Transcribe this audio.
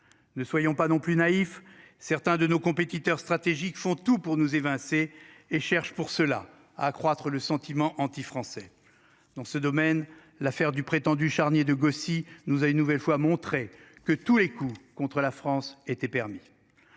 Ne soyons pas non plus naïf. Certains de nos compétiteurs stratégique font tout pour nous évincer et cherche pour cela accroître le sentiment anti- français dans ce domaine. L'affaire du prétendu charnier de Gossi nous a une nouvelle fois montré que tous les coups contre la France était permis.